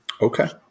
Okay